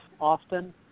often